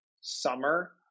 summer